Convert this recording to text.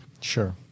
Sure